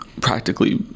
practically